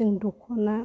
जों दख'ना